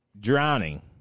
Drowning